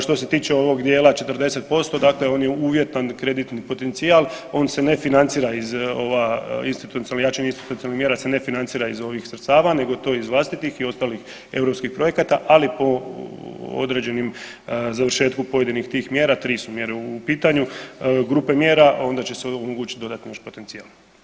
Što se tiče ovog dijela 40%, dakle on je uvjetan kreditni potencijal, on se ne financira iz ova, jačanje institucionalnih mjera se ne financira iz ovih sredstava nego to iz vlastitih i ostalih europskih projekata, ali po određenim, završetku pojedinih tih mjera, 3 su mjere u pitanju, grupe mjera onda će se omogućiti dodatni još potencijal.